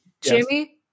Jimmy